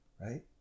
right